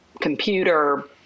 computer